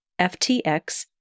FTX